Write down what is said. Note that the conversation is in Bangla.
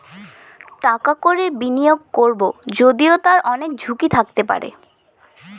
টাকা কড়ি বিনিয়োগ করবো যদিও তার অনেক ঝুঁকি থাকতে পারে